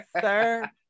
sir